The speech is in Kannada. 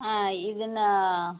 ಹಾಂ ಇದನ್ನ